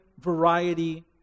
variety